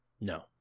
No